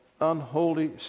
unholy